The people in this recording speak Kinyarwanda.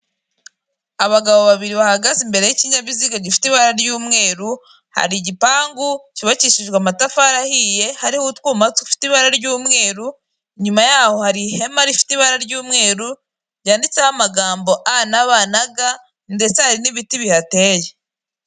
Abagabo babiri bahagaze imbere y'ikinyabiziga gifite ibara ry'umweru, hari igipangu cyubakishijwe amatafari ahiye, hariho utwuma dufite ibara ry'umweru, inyuma yaho hari ihema rifite ibara ry'umweru ryanditseho amagambo A na B na G, ndetse hari n'ibiti bihateye.